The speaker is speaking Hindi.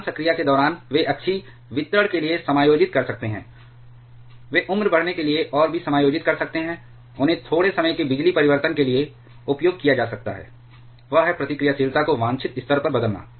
सामान्य संक्रिया के दौरान वे अक्षीय वितरण के लिए समायोजित कर सकते हैं वे उम्र बढ़ने के लिए और भी समायोजित कर सकते हैं उन्हें थोड़े समय के बिजली परिवर्तन के लिए उपयोग किया जा सकता है वह है प्रतिक्रियाशीलता को वांछित स्तर पर बदलना